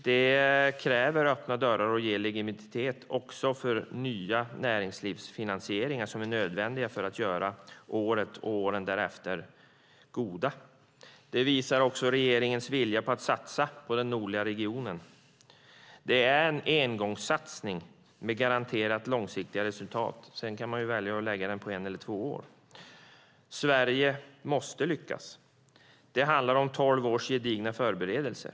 Det kräver öppna dörrar och ger legitimitet också åt nya näringslivsfinansieringar som är nödvändiga för att göra året och åren därefter goda. Det visar också på regeringens vilja att satsa på den nordliga regionen. Det är en engångssatsning med garanterat långsiktiga resultat. Sedan kan man välja att lägga den på ett eller två år. Sverige måste lyckas. Det handlar om tolv års gedigna förberedelser.